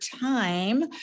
time